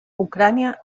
ucrania